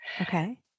Okay